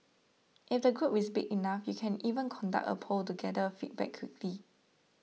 if the group is big enough you can even conduct a poll to gather feedback quickly